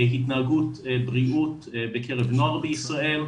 התנהגות בריאות בקרב בני נוער בישראל,